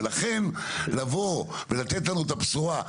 ולכן לבוא ולתת לנו את הבשורה.